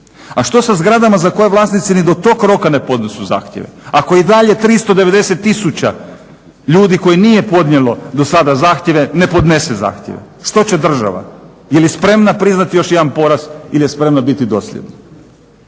A što sa zgradama za koje vlasnici ni do tog roka ne podnesu zahtjeve, ako i dalje 390 tisuća ljudi koji nije podnijelo do sada zahtjeve ne podnese zahtjeve, što će država. Je li spremna priznati još jedan poraz ili je spremna biti dosljedna?